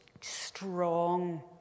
strong